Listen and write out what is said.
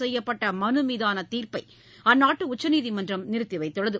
செய்யப்பட்ட மனுமீதான தீர்ப்பை அந்நாட்டு உச்சநீதிமன்றம் நிறுத்தி வைத்துள்ளது